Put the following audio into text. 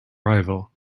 rival